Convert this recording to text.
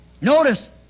Notice